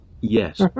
Yes